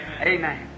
Amen